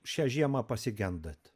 šią žiemą pasigendat